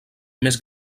més